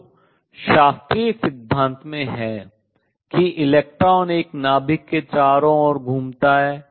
जो शास्त्रीय सिद्धांत में है कि इलेक्ट्रॉन एक नाभिक के चारों ओर घूमता है